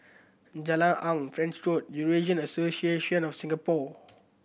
Jalan Awang French Road Eurasian Association of Singapore